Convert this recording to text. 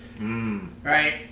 Right